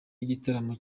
y’igitaramo